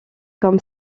comme